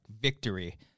Victory